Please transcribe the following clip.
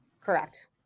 Correct